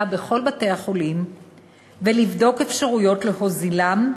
בכל בתי-החולים ולבדוק אפשרויות להוזילם,